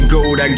Gold